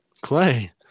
Clay